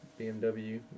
BMW